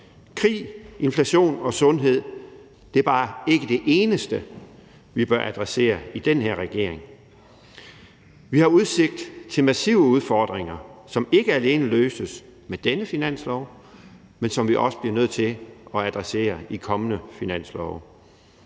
Krig, inflation og sundhed er bare ikke det eneste, vi bør adressere i den her regering. Vi har udsigt til massive udfordringer, som ikke alene løses med denne finanslov, men som vi også bliver nødt til at adressere i kommende finanslove.